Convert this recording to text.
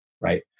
right